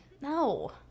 No